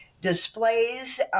displays